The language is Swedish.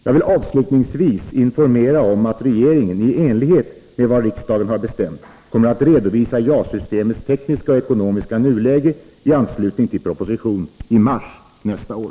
Jag vill avslutningsvis informera om att regeringen, i enlighet med vad riksdagen har bestämt, kommer att redovisa JAS-systemets tekniska och ekonomiska nuläge i anslutning till proposition i mars nästa år.